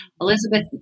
Elizabeth